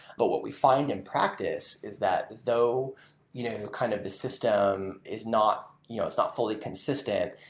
but what we find in practice is that though you know kind of the system is not you know is not fully consistent,